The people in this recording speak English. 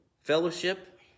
fellowship